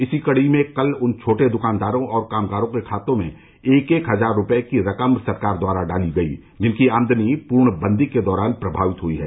इसी कड़ी में कल उन छोटे दुकानदारों और कामगारों के खाते में एक एक हजार रूपये की रकम सरकार द्वारा डाली गई जिनकी आमदनी पूर्ण बन्दी के दौरान प्रभावित हुई है